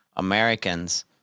Americans